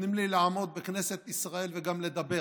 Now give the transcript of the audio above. שנותנים לי לעמוד בכנסת ישראל וגם לדבר,